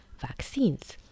vaccines